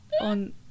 on –